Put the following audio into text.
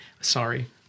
Sorry